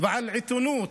ועל עיתונות